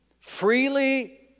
freely